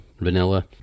Vanilla